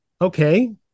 Okay